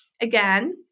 again